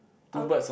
on